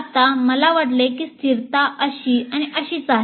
आता मला वाटते की स्थिरता अशी आणि अशीच आहे